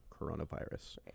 coronavirus